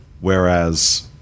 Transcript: whereas